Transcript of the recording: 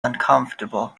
uncomfortable